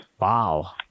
Wow